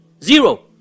Zero